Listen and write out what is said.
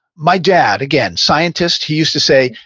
my dad, again, scientist, he used to say,